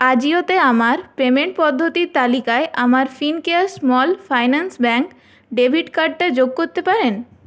আজিওতে আমার পেমেন্ট পদ্ধতির তালিকায় আমার Fincare small finance bank debit কার্ডটা যোগ করতে পারেন